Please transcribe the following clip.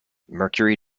mercury